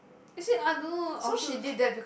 actually I don't also